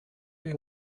you